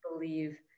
believe